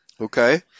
Okay